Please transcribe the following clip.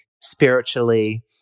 spiritually